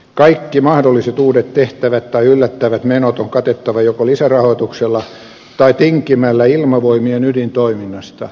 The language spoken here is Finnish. kaikki mahdolliset uudet tehtävät tai yllättävät menot on katettava joko lisärahoituksella tai tinkimällä ilmavoimien ydintoiminnasta